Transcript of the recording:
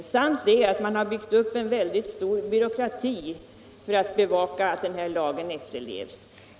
Vi fick klart för oss att man i USA byggt upp en väldig byråkrati för att bevaka att den här lagen efterlevs.